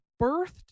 birthed